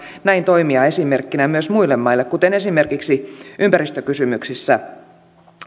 näin toimia esimerkkinä myös muille maille kuten esimerkiksi ympäristökysymyksissä